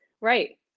Right